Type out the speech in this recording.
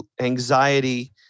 anxiety